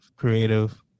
creative